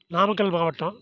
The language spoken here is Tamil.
நாமக்கல் மாவட்டம்